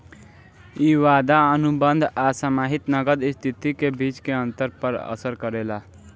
इ वादा अनुबंध आ समाहित नगद स्थिति के बीच के अंतर पर असर करेला